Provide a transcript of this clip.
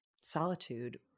solitude